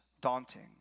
daunting